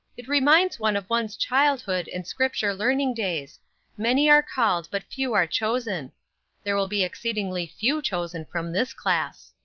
it reminds one of one's childhood and scripture learning days many are called, but few are chosen there will be exceedingly few chosen from this class.